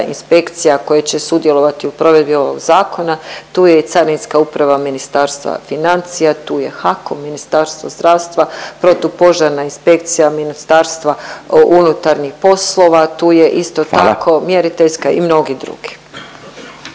inspekcija koje će sudjelovati u provedbi ovog Zakona. Tu je i Carinska uprava Ministarstva financija, tu je HAKOM, Ministarstvo zdravstva, protupožarna inspekcija Ministarstva unutarnjih poslova, tu je, isto tako … .../Upadica: